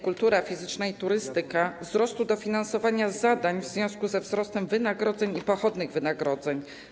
Kultura fizyczna i turystyka, wzrostu dofinansowania zadań w związku ze wzrostem wynagrodzeń i pochodnych wynagrodzeń?